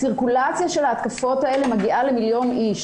הסירקולציה של ההתקפות האלה מגיעה למיליון אנשים.